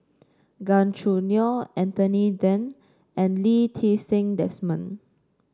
Gan Choo Neo Anthony Then and Lee Ti Seng Desmond